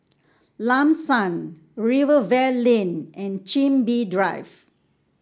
Lam San Rivervale Lane and Chin Bee Drive